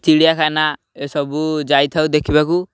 ଚିଡ଼ିଆଖାନା ଏସବୁ ଯାଇଥାଉ ଦେଖିବାକୁ